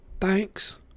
Thanks